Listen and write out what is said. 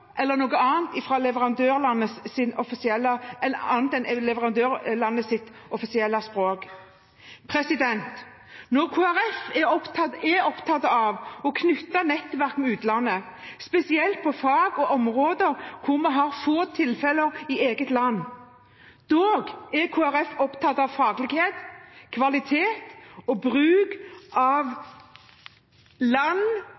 eller til særlig bekymring for kvalitet og sikkerhet. Der kommer multiresistente bakterier inn. Det stilles ikke krav til språk, annet enn leverandørlandenes offisielle språk. Kristelig Folkeparti er opptatt av å knytte nettverk med utlandet, spesielt innen fag og områder der det er få tilfeller i eget land. Dog er Kristelig Folkeparti opptatt av faglighet, kvalitet og bruk av land